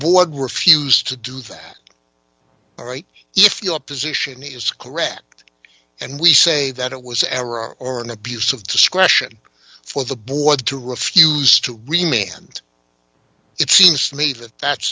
board refused to do that all right if your position is correct and we say that it was an error or an abuse of discretion for the board to refuse to remit and it seems to me that that's